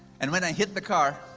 and when i hit the car,